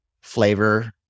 flavor